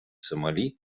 сомали